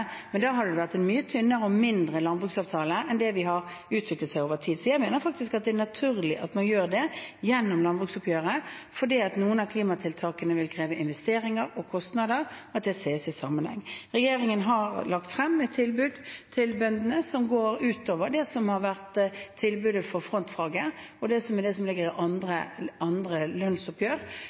vært en mye tynnere og mindre landbruksavtale enn den vi har utviklet over tid. Jeg mener faktisk at det er naturlig at man gjør det gjennom landbruksoppgjøret, for noen av klimatiltakene vil kreve investeringer og ha kostnader, og dette må ses i sammenheng. Regjeringen har lagt frem for bøndene et tilbud som går utover det som har vært tilbudet for frontfaget, og det som ligger i andre lønnsoppgjør, både for å ta igjen inntektsgapet og fordi det